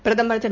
பிரதமர் திரு